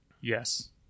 Yes